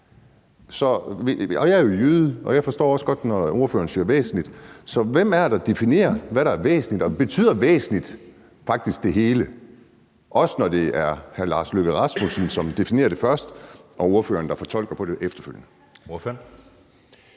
Jeg er jo jyde, og jeg forstår også godt, når ordføreren siger »væsentligt«. Så hvem er det, der definerer, hvad der er væsentligt? Og betyder »væsentligt« faktisk det hele, også når det er hr. Lars Løkke Rasmussen, som definerer det først, og ordføreren, der fortolker på det efterfølgende?